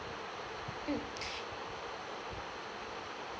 mm